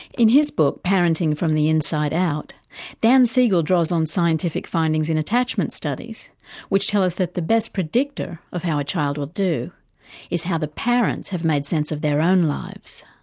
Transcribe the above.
in his book parenting from the inside out dan siegel draws on scientific findings in attachment studies which tell us that the best predictor of how a child will do is how the parents have made sense of their own lives.